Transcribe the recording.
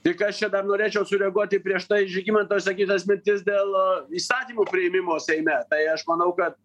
tik aš čia dar norėčiau sureaguoti į prieš tai žygimanto išsakytas mintis dėl įstatymų priėmimo seime tai aš manau kad